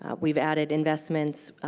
um we've added investments,